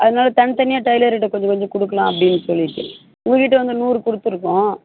அதனால் தனித்தனியாக டைலருக்கிட்ட கொஞ்சம் கொஞ்சம் கொடுக்கலாம் அப்படின்னு சொல்லிட்டு உங்கக்கிட்ட வந்து நூறு கொடுத்துருக்கோம்